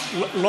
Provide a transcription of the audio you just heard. תתרגמו.